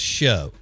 show